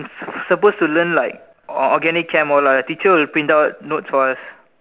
supposed to learn like organic Chem all our teacher will print out notes for us